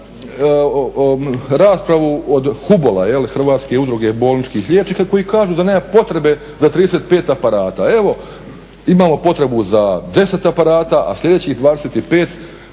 raspravu od HUBOL-a koji kažu da nema potrebe za 35 aparata. Evo imamo potrebu za 10 aparata a sljedećih 25